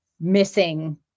missing